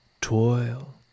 toil